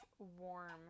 Warm